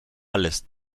lässt